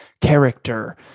character